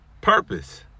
Purpose